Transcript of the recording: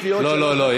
יש לי עוד, לא, לא.